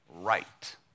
right